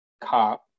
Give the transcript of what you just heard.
cop